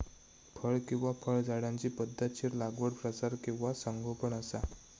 फळ किंवा फळझाडांची पध्दतशीर लागवड प्रसार किंवा संगोपन असा